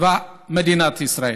ואת מדינת ישראל.